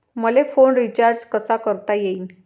मले phone recharge कसा करता येईन?